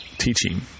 Teaching